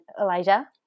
Elijah